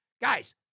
Guys